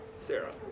Sarah